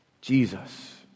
Jesus